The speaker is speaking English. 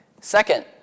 Second